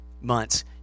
months